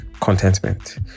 contentment